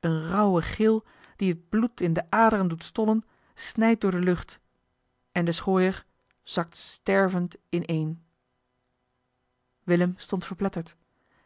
een rauwe gil die het bloed in de aderen doet stollen snijdt door de lucht en de schooier zakt stervend in een willem stond verpletterd